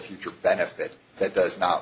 future benefit that does not